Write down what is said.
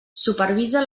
supervisa